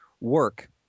work